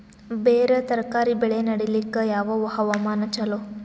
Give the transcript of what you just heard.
ಬೇರ ತರಕಾರಿ ಬೆಳೆ ನಡಿಲಿಕ ಯಾವ ಹವಾಮಾನ ಚಲೋ?